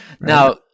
Now